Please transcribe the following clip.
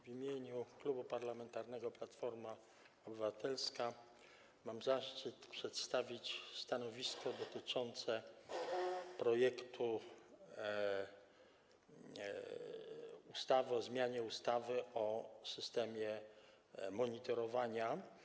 W imieniu Klubu Parlamentarnego Platforma Obywatelska mam zaszczyt przedstawić stanowisko dotyczące projektu ustawy o zmianie ustawy o systemie monitorowania.